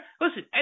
listen